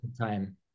time